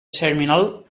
terminal